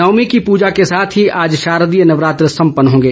नवमी की पूजा के साथ ही आज शारदीय नवरात्र सम्पन्न होंगे